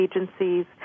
agencies